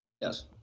Yes